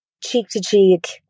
cheek-to-cheek